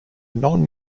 non